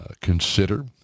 consider